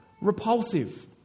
repulsive